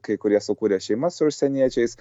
kai kurie sukūrę šeimas su užsieniečiais